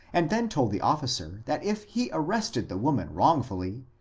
and then told the officer that if he arrested the woman wrongfully,